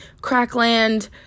crackland